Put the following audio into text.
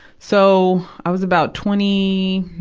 so, i was about twenty,